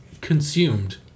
consumed